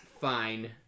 fine